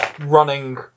running